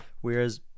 Whereas